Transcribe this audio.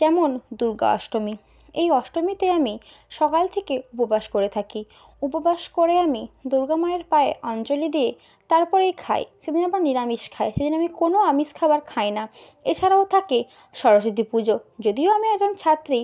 যেমন দুর্গা অষ্টমী এই অষ্টমীতে আমি সকাল থেকে উপবাস করে থাকি উপবাস করে আমি দুর্গা মায়ের পায়ে অঞ্জলি দিয়ে তারপরেই খাই সেদিন আবার নিরামিষ খাই সেদিন আমি কোনও আমিষ খাবার খাই না এছাড়াও থাকে সরস্বতী পুজো যদিও আমি একজন ছাত্রী